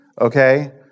okay